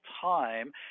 time